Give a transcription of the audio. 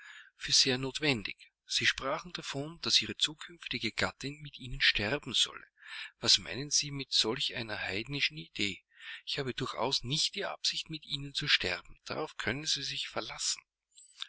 sehr notwendig sie sprachen davon daß ihre zukünftige gattin mit ihnen sterben solle was meinen sie mit solch einer heidnischen idee ich habe durchaus nicht die absicht mit ihnen zu sterben darauf können sie sich verlassen